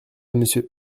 monsieur